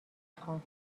خوام